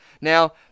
Now